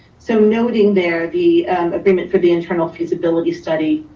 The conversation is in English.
so noting there the agreement for the internal feasibility study,